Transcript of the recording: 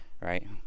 Right